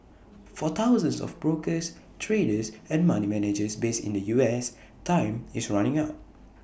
for thousands of brokers traders and money managers based in the us time is running out